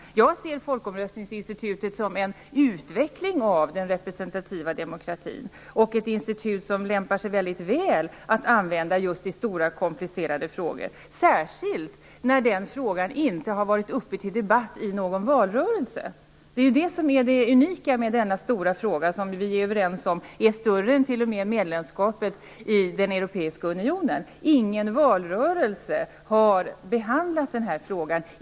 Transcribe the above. Jag ser folkomröstningsinstitutet som en utveckling av den representativa demokratin. Det är ett institut som lämpar sig mycket väl att använda just i stora komplicerade frågor, särskilt när frågan inte har varit uppe till debatt i någon valrörelse. Det är ju det unika med denna stora fråga. Vi är ju överens om att den är större än t.o.m. medlemskapet i den europeiska unionen. Den här frågan har inte behandlats i någon valrörelse.